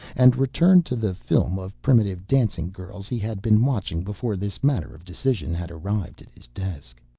and returned to the film of primitive dancing girls he had been watching before this matter of decision had arrived at his desk.